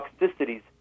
toxicities